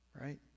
Right